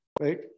right